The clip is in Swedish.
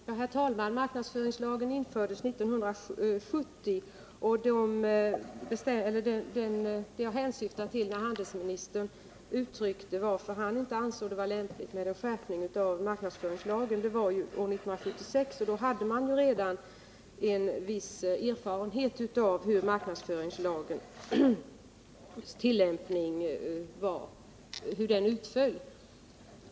Herr talman! Marknadsföringslagen infördes 1970, och det jag hänsyftade till var att handelsministern inte ansåg det vara lämpligt med en skärpning av denna lag. Det var 1976, och då hade man ju redan en viss erfarenhet av hur marknadsföringslagens tillämpning utföll.